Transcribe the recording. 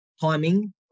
timing